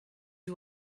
you